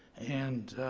and